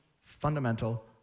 fundamental